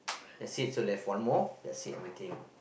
that's it so left one more that's it everything